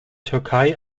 türkei